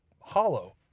hollow